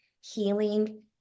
healing